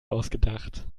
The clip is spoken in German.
ausgedacht